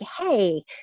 hey